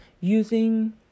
using